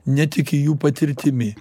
netiki jų patirtimi